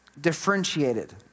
differentiated